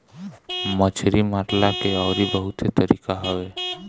मछरी मारला के अउरी बहुते तरीका हवे